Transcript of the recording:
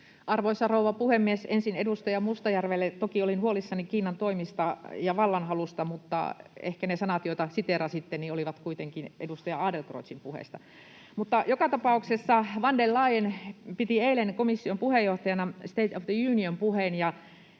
Arvoisa rouva puhemies! Ensin edustaja Mustajärvelle: toki olin huolissani Kiinan toimista ja vallanhalusta, mutta ehkä ne sanat, joita siteerasitte, olivat kuitenkin edustaja Adlercreutzin puheesta. Mutta joka tapauksessa von der Leyen piti eilen komission puheenjohtajana State of the Union -puheen,